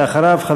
ואחריו,